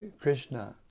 Krishna